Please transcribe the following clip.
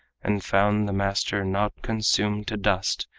and found the master not consumed to dust,